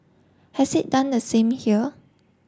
has it done the same here